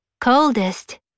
coldest